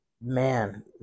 man